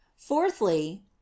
fourthly